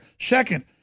Second